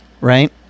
Right